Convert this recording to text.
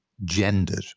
gendered